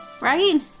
right